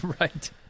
Right